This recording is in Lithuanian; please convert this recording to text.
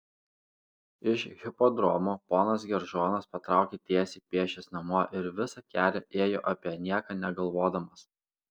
iš hipodromo ponas geržonas patraukė tiesiai pėsčias namo ir visą kelią ėjo apie nieką negalvodamas